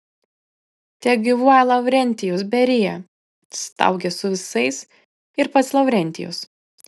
tegyvuoja lavrentijus berija staugė su visais ir pats lavrentijus